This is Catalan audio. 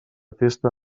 festa